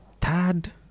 third